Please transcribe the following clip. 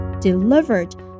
delivered